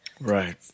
Right